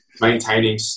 maintaining